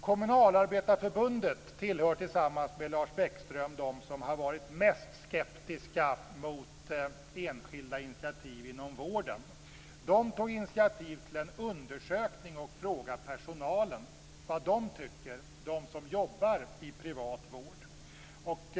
Kommunalarbetareförbundet tillhör, tillsammans med Lars Bäckström, dem som har varit mest skeptiska mot enskilda initiativ inom vården. De tog initiativ till en undersökning och frågade dem som jobbar i privat vård vad de tycker.